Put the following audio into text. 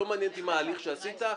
לא מעניין אותי מה ההליך שעשית,